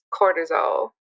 cortisol